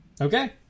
Okay